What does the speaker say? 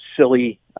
silly